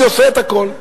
אני עושה את הכול.